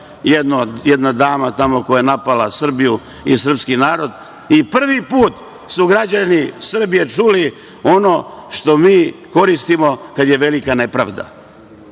jedna dama tamo koja je napala Srbiju i srpski narod i prvi put su građani čuli ono što mi koristimo kad je velika nepravda,